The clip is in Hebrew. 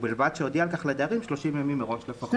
ובלבד שהודיע על כך לדיירים 30 ימים מראש לפחות.